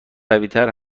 قویتری